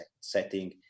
setting